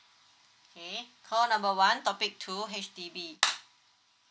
okay call number one topic two H_D_B